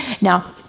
Now